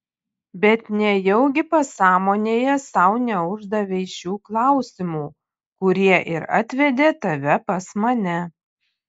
bet nejaugi pasąmonėje sau neuždavei šių klausimų kurie ir atvedė tave pas mane